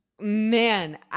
man